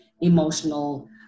emotional